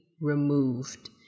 removed